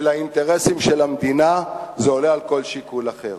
של האינטרסים של המדינה, זה עולה על כל שיקול אחר.